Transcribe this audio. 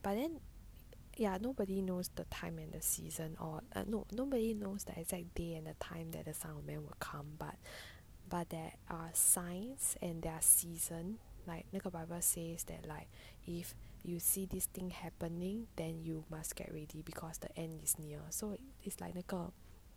but then ya nobody knows the time and the season or uh no nobody knows the exact day and a time that the sun man will come but but there are signs and their season like 那个 bible says that like if you see this thing happening then you must get ready because the end is near so it's like the 那个